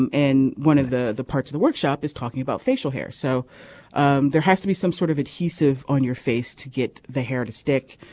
and and one of the the parts of the workshop is talking about facial hair. so um there has to be some sort of adhesive on your face to get the hair to stick.